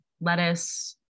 lettuce